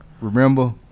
remember